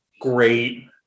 Great